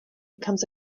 becomes